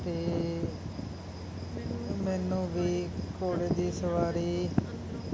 ਅਤੇ ਮੈਨੂੰ ਵੀ ਸਵਾਰੀ